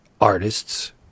artists